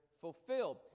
fulfilled